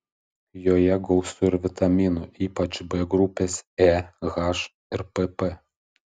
joje gausu ir vitaminų ypač b grupės e h ir pp